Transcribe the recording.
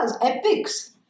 epics